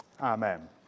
Amen